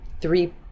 Three